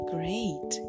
Great